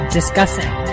discussing